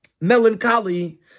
melancholy